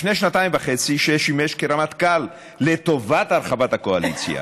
לפני שנתיים וחצי שר ביטחון ששימש כרמטכ"ל לטובת הרחבת הקואליציה.